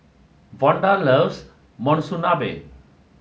Vonda loves Monsunabe